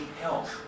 health